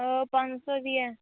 ਪੰਜ ਸੌ ਦੀ ਹੈ